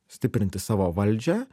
stiprinti savo valdžią